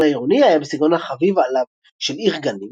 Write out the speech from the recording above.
התכנון העירוני היה בסגנון החביב עליו של עיר גנים,